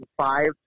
five